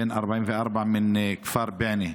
בן 44 מהכפר בענה,